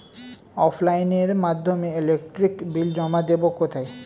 অফলাইনে এর মাধ্যমে ইলেকট্রিক বিল জমা দেবো কোথায়?